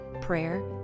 Prayer